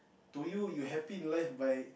to you you happy life by